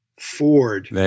Ford